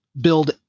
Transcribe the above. build